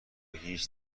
هیچ